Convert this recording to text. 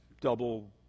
double